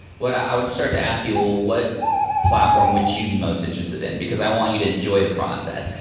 what i i would start to ask you, well what platform would you be most interested in? because i want you to enjoy the process.